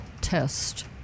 test